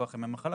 מכוח ימי מחלה,